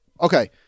Okay